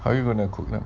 how you gonna cook lah